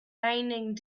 raining